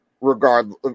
regardless